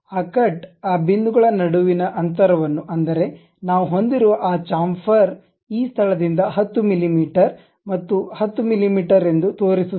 ಆ ಕಟ್ ಆ ಬಿಂದುಗಳ ನಡುವಿನ ಅಂತರವನ್ನು ಅಂದರೆ ನಾವು ಹೊಂದಿರುವ ಆ ಚಾಂಫರ್ ಈ ಸ್ಥಳದಿಂದ 10 ಮಿಮೀ ಮತ್ತು 10 ಮಿಮೀ ಎಂದು ತೋರಿಸುತ್ತದೆ